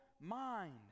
mind